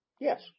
Yes